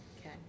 Okay